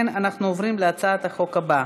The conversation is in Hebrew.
אנחנו עוברים להצעת החוק הבאה,